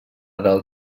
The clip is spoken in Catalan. del